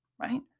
Right